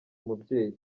umubyeyi